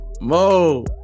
Mo